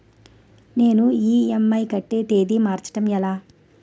నేను ఇ.ఎం.ఐ కట్టే తేదీ మార్చడం ఎలా?